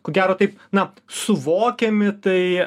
ko gero taip na suvokiami tai